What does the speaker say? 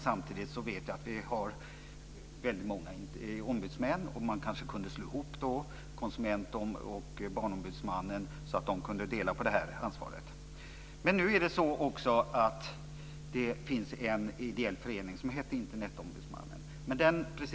Samtidigt har vi väldigt många ombudsmän, och man skulle kanske kunna slå ihop konsument och barnombudsmännen och låta dem dela på det här ansvaret. Det finns också en ideell förening som heter Internetombudsmannen.